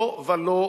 לא ולא,